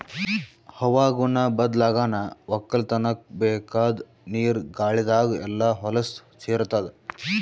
ಹವಾಗುಣ ಬದ್ಲಾಗನಾ ವಕ್ಕಲತನ್ಕ ಬೇಕಾದ್ ನೀರ ಗಾಳಿದಾಗ್ ಎಲ್ಲಾ ಹೊಲಸ್ ಸೇರತಾದ